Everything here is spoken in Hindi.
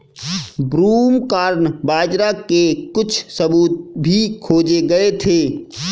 ब्रूमकॉर्न बाजरा के कुछ सबूत भी खोजे गए थे